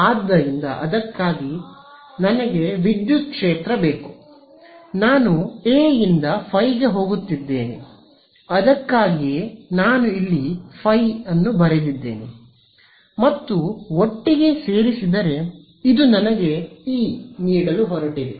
ಆದ್ದರಿಂದ ಅದಕ್ಕಾಗಿ ನನಗೆ ವಿದ್ಯುತ್ ಕ್ಷೇತ್ರ ಬೇಕು ನಾನು ಎ ಯಿಂದ ಫೈ ಗೆ ಹೋಗುತ್ತಿದ್ದೇನೆ ಅದಕ್ಕಾಗಿಯೇ ನಾನು ಇಲ್ಲಿ ಫೈ ಬರೆದಿದ್ದೇನೆ ಮತ್ತು ಒಟ್ಟಿಗೆ ಸೇರಿಸಿದರೆ ಇದು ನನಗೆ ಇ ನೀಡಲು ಹೊರಟಿದೆ